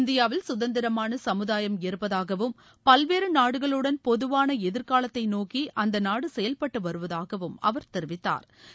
இந்தியாவில் சுதந்திரமான சமுதாயம் இருப்பதாகவும் பல்வேறு நாடுகளுடன் பொதுவான எரிர்காலத்தை நோக்கி அந்த நாடு செயல்பட்டு வருவதாகவும் அவர் தெரிவித்தாா்